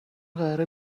قراره